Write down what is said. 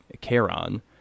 Charon